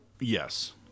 Yes